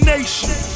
Nation